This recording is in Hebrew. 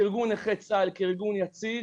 אבל לפני שאנחנו הופכים את ארגון נכי צה"ל לארגון יציג